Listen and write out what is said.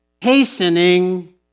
hastening